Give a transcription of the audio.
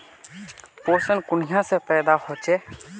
पोषण कुनियाँ से पैदा होचे?